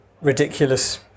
ridiculous